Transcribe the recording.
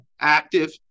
active